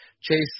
Chase